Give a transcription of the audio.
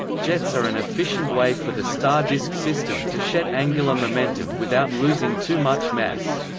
jets are an efficient way for the star-disk system to shed angular momentum without losing too much mass.